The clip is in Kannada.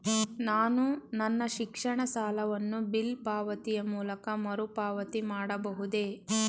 ನಾನು ನನ್ನ ಶಿಕ್ಷಣ ಸಾಲವನ್ನು ಬಿಲ್ ಪಾವತಿಯ ಮೂಲಕ ಮರುಪಾವತಿ ಮಾಡಬಹುದೇ?